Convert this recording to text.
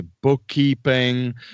bookkeeping